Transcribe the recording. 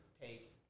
take